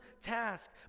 task